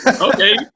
okay